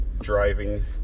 Driving